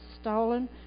stolen